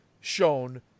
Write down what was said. shown